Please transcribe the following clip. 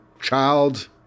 child